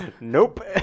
Nope